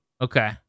okay